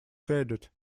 credit